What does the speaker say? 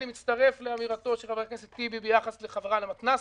אני מצטרף לאמירתו של חבר הכנסת טיבי ביחס לחברה למתנסים.